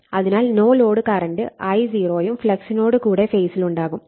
അതിനാൽ no load current I0 യും ഫ്ളക്സിനോട് കൂടെ ഫേസിലുണ്ടാവും